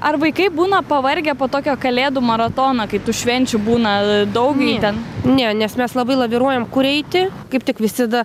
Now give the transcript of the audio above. ar vaikai būna pavargę po tokio kalėdų maratono kai tų švenčių būna daug ten ne nes mes labai laviruojam kur eiti kaip tik visada